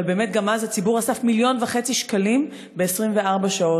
אבל אז הציבור אסף 1.5 מיליון שקלים ב-24 שעות,